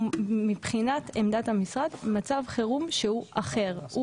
מבחינת עמדת המשרד הוא מצב חינוך שהוא אחר.